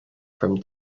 from